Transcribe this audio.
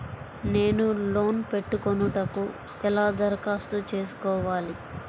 నేను లోన్ పెట్టుకొనుటకు ఎలా దరఖాస్తు చేసుకోవాలి?